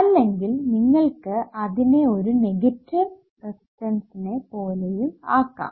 അല്ലെങ്കിൽ നിങ്ങൾക്ക് അതിനെ ഒരു നെഗറ്റീവ് റെസിസ്റ്റൻസ്സിനെ പോലെയും ആക്കാം